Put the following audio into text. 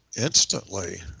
instantly